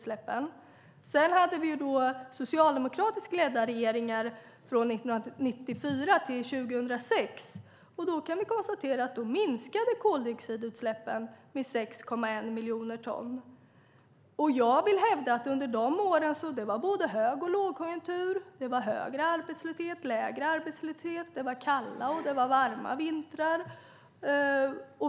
Sedan hade vi socialdemokratiskt ledda regeringar från 1994 till 2006. Då minskade koldioxidsläppen med 6,1 miljoner ton. Jag vill hävda att det var både låg och högkonjunktur under de åren. Det var hög och låg arbetslöshet. Det var kalla och varma vintrar.